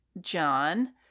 John